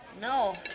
No